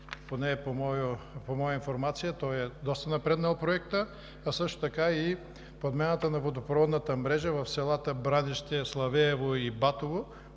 поне по моя информация той е доста напреднал, а също така и подмяната на водопроводната мрежа в селата Бранище, Славеево и Батово